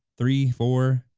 three, four,